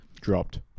Dropped